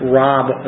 rob